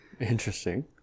Interesting